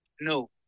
No